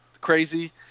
crazy